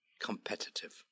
competitive